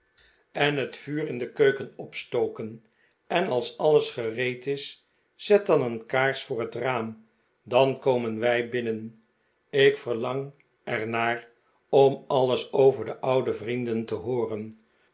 het vuur in de keuken opstoken en als alles gereed is zet dan een kaars voor het raam dan komen wij binnen ik verlang er naar om alles over de oude vrienden te hooren